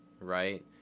right